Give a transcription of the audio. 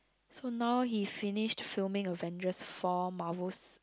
so now he finished filming Avengers four Marvel's